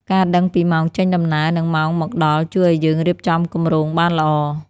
ការដឹងពីម៉ោងចេញដំណើរ និងម៉ោងមកដល់ ជួយឱ្យយើងរៀបចំគម្រោងបានល្អ។